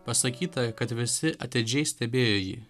pasakyta kad visi atidžiai stebėjo jį